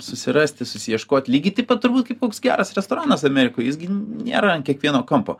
susirasti susiieškot lygiai taip pat turbūt kaip koks geras restoranas amerikoj jis gi nėra ant kiekvieno kampo